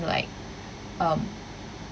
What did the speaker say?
like um